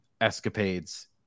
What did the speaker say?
escapades